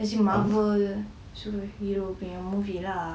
as in marvel superheroes punya movie lah